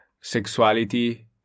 sexuality